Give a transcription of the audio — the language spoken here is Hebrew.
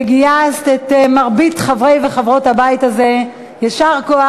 גייסת את מרבית חברי וחברות הבית הזה, יישר כוח.